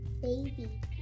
Baby